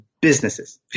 businesses